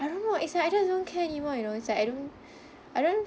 I don't know it's like I just don't care anymore you know it's like I don't I don't